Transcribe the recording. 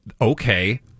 okay